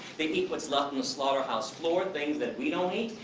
they eat what's left on the slaughterhouse floor, things that we don't eat.